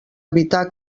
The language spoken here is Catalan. evitar